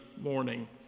morning